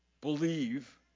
believe